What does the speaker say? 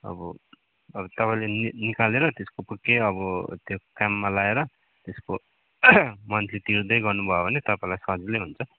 अब अब तपाईँले नि निकालेर त्यसको के अब त्यो काममा लाएर त्यसको मन्थली तिर्दै गर्नु भयो भने तपाईँलाई सजिलै हुन्छ